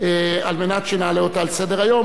על מנת שנעלה אותה על סדר-היום,